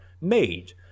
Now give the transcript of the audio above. made